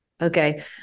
Okay